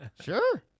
Sure